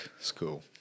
school